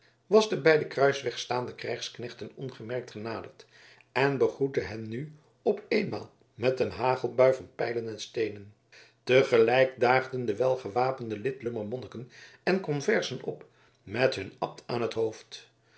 was de bij den kruisweg staande krijgsknechten ongemerkt genaderd en begroette hen nu op eenmaal met een hagelbui van pijlen en steenen te gelijk daagden de welgewapende lidlummer monniken en conversen op met hun abt aan t hoofd